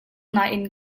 nain